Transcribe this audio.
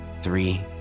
three